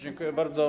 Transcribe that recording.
Dziękuję bardzo.